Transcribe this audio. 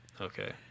Okay